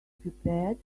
prepared